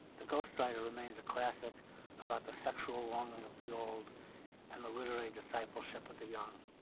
the ghost writer remains a classic about the sexual longing of the old and the literary discipleship of the young.